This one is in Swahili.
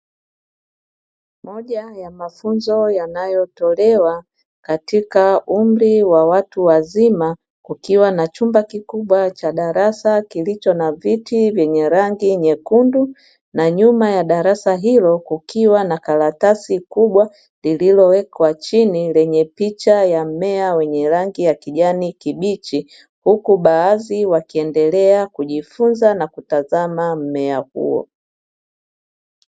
Moja ya mafunzo yanayotolewa, katika umri wa watu wazima, kukiwa na chumba kikubwa cha darasa, kilicho na viti vyenye rangi nyekundu na nyuma ya darasa hilo kukiwa na karatasi kubwa lililowekwa chini, lenye picha ya mmea wenye rangi ya kijani kibichi, huku baadhi wakiendelea kujifunza na kutazama mmea huo.